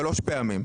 שלוש פעמים.